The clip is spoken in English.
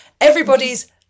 everybody's